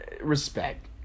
respect